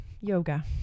yoga